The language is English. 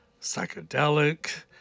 psychedelic